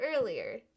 earlier